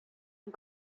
and